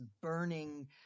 burning